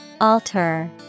Alter